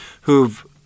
who've